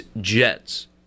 Jets